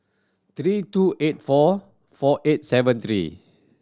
three two eight four four eight seven three